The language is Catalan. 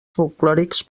folklòrics